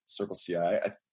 CircleCI